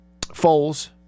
Foles